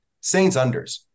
Saints-unders